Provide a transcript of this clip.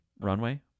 runway